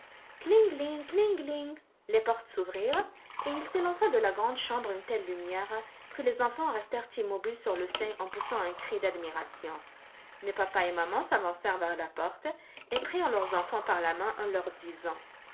les portes s'ouvrirent et il s'élança de la grande chambre une telle lumière que les enfants restèrent immobiles sur le seuil en poussant un cri d'admiration mais papa et maman s'avancèrent vers la porte et prirent leurs enfants par la main en leur disant